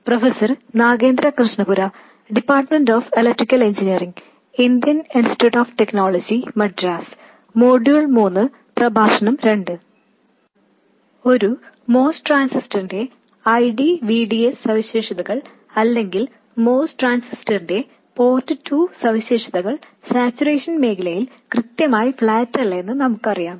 ഒരു MOS ട്രാൻസിസ്റ്ററിന്റെ I D V D S characteristics അല്ലെങ്കിൽ MOS ട്രാൻസിസ്റ്ററിന്റെ പോർട്ട് ടു സവിശേഷതകൾ സാച്ചുറേഷൻ മേഖലിൽ കൃത്യമായി ഫ്ലാറ്റ് അല്ലെന്ന് നമുക്കറിയാം